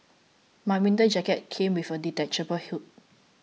my winter jacket came with a detachable hood